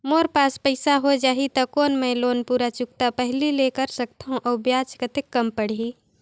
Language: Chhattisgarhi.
मोर पास पईसा हो जाही त कौन मैं लोन पूरा चुकता पहली ले कर सकथव अउ ब्याज कतेक कम पड़ही?